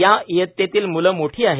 या इयत्तेतील मुलं मोठी आहेत